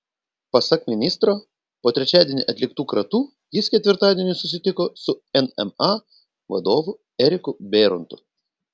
pasak ministro po trečiadienį atliktų kratų jis ketvirtadienį susitiko su nma vadovu eriku bėrontu